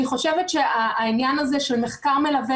אני חושבת שהעניין הזה של מחקר מלווה